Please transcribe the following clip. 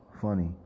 funny